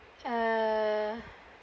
uh